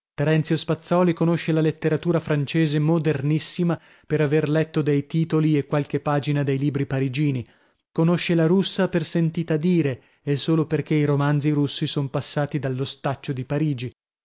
loro terenzio spazzòli conosce la letteratura francese modernissima per aver letto dei titoli e qualche pagina dei libri parigini conosce la russa per sentita dire e solo perchè i romanzi russi son passati dallo staccio di parigi